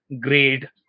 grade